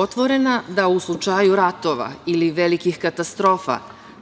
otvorena da u slučaju ratova ili velikih katastrofa